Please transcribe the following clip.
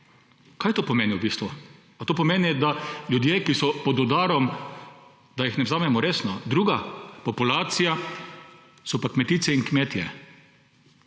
kaj to pomeni v bistvu? Ali to pomeni, da ljudi ki so pod udarom, ne vzamemo resno? Druga populacija pa so kmetice in kmetje.